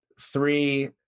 three